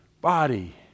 body